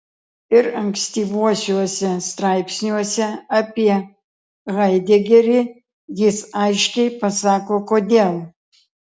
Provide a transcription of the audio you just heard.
ir ankstyvuosiuose straipsniuose apie haidegerį jis aiškiai pasako kodėl